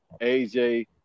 AJ